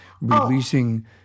releasing